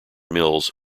mills